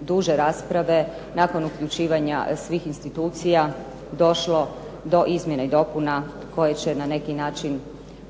duže rasprave, nakon uključivanja svih institucija došlo do izmjena i dopuna koje će na neki način